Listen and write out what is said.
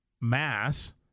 mass